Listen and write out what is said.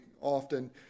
often